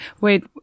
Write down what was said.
wait